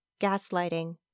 gaslighting